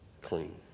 clean